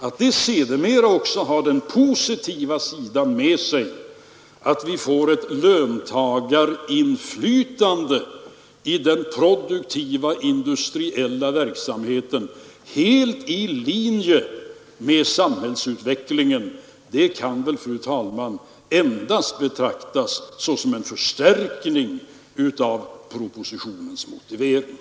Att det sedermera också har den positiva effekten att vi får ett löntagarinflytande i den produktiva industriella verksamheten — helt i linje med samhällsutvecklingen — kan väl, fru talman, endast betraktas såsom en förstärkning av propositionens motivering.